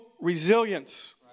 resilience